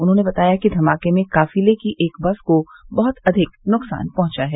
उन्होंने बताया कि धमाके में काफिले की एक बस को बहुत अधिक नुकसान पहुंचा है